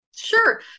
Sure